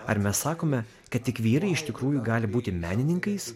ar mes sakome kad tik vyrai iš tikrųjų gali būti menininkais